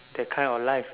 that kind of life